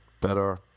better